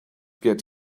get